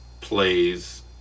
plays